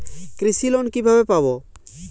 কৃষি লোন কিভাবে পাব?